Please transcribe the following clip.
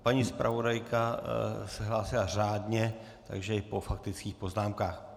Paní zpravodajka se hlásila řádně, takže po faktických poznámkách.